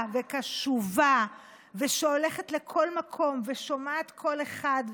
וקשובה ושהולכת לכל מקום ושומעת כל אחד,